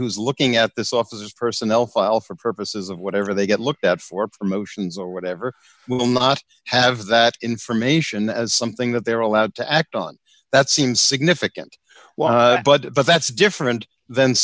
who's looking at this office personnel file for purposes of whatever they get looked at for promotions or whatever will not have that information as something that they are allowed to act on that seems significant what but but that's different than